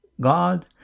God